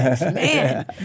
Man